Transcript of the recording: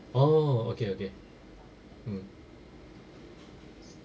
oh okay okay mm